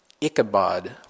Ichabod